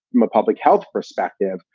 i'm a public health perspective.